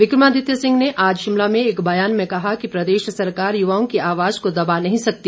विक्रमादित्य सिंह ने आज शिमला में एक बयान में कहा कि प्रदेश सरकार युवाओं की आवाज को दबा नहीं सकती